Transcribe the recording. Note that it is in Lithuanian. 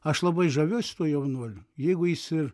aš labai žaviuos tuo jaunuoliu jeigu jis ir